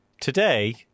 Today